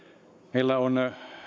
meillä on